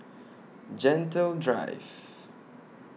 Gentle Drive